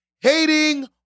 hating